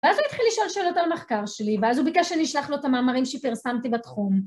ואז הוא התחיל לשאול שאלות על מחקר שלי, ואז הוא ביקש שאני אשלח לו את המאמרים שפרסמת בתחום.